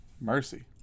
Mercy